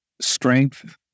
strength